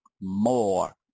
more